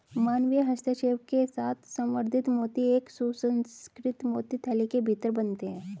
मानवीय हस्तक्षेप के साथ संवर्धित मोती एक सुसंस्कृत मोती थैली के भीतर बनते हैं